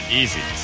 easy